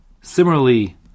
Similarly